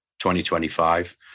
2025